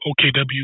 OKW